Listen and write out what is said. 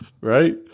Right